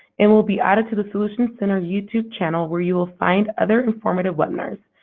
and will be added to the solutions center youtube channel, where you'll find other informative webinars,